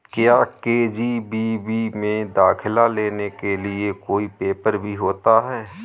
क्या के.जी.बी.वी में दाखिला लेने के लिए कोई पेपर भी होता है?